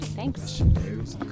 Thanks